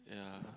yeah